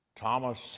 Thomas